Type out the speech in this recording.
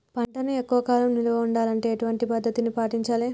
పంటలను ఎక్కువ కాలం నిల్వ ఉండాలంటే ఎటువంటి పద్ధతిని పాటించాలే?